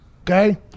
okay